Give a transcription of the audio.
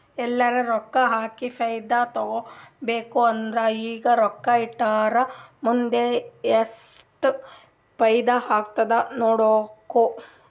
ಎಲ್ಲರೆ ರೊಕ್ಕಾ ಹಾಕಿ ಫೈದಾ ತೆಕ್ಕೋಬೇಕ್ ಅಂದುರ್ ಈಗ ರೊಕ್ಕಾ ಇಟ್ಟುರ್ ಮುಂದ್ ಎಸ್ಟ್ ಫೈದಾ ಆತ್ತುದ್ ನೋಡ್ಬೇಕ್